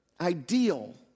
ideal